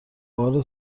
بار